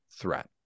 threat